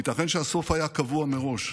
ייתכן שהסוף היה קבוע מראש,